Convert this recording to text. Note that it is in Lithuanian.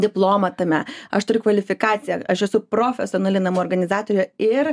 diplomą tame aš turiu kvalifikaciją aš esu profesionali namų organizatorė ir